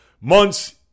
months